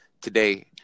today